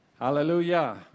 Hallelujah